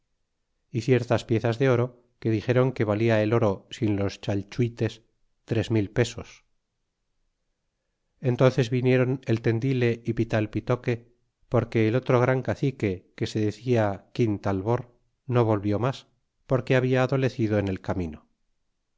y ciertas piezas de oro que dixéron que valia el oro sin los chalchuites tres mil pesos y entónces vinieron el tendile y pitalpitoque porque el otro gran cacique que se decia quintalbor no volvió mas porque habia adolecido en el camino